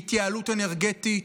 בהתייעלות אנרגטית,